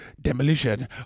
demolition